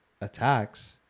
attacks